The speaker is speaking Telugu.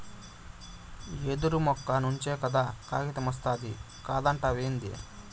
యెదురు మొక్క నుంచే కదా కాగితమొస్తాది కాదంటావేంది